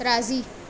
राज़ी